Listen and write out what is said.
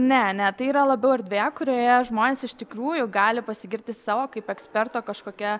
ne ne tai yra labiau erdvė kurioje žmonės iš tikrųjų gali pasigirti savo kaip eksperto kažkokia